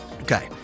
Okay